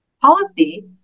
policy